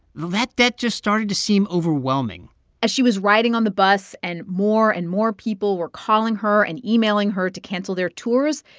that debt just started to seem overwhelming as she was riding on the bus and more and more people were calling her and emailing her to cancel their tours,